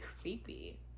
creepy